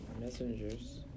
Messengers